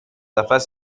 نفس